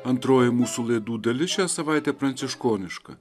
antroji mūsų laidų dalis šią savaitę pranciškoniška